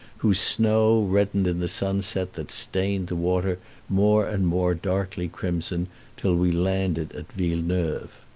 whose snow reddened in the sunset that stained the water more and more darkly crimson till we landed at villeneuve.